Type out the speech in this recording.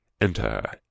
Enter